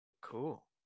Cool